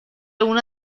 una